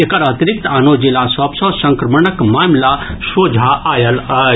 एकर अतिरिक्त आनो जिला सभ सँ संक्रमणक मामिला सोझा आयल अछि